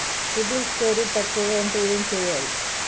CIBIL score తక్కువ ఉంటే ఏం చేయాలి?